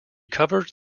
covered